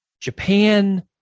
Japan